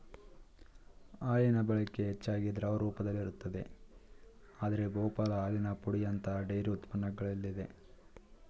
ಹಾಲಿನಬಳಕೆ ಹೆಚ್ಚಾಗಿ ದ್ರವ ರೂಪದಲ್ಲಿರುತ್ತದೆ ಆದ್ರೆ ಬಹುಪಾಲು ಹಾಲಿನ ಪುಡಿಯಂತಹ ಡೈರಿ ಉತ್ಪನ್ನಗಳಲ್ಲಿದೆ